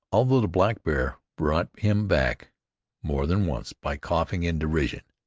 although the blackbear brought him back more than once by coughing in derision.